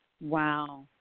Wow